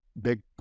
big